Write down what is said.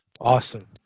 Awesome